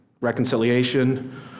reconciliation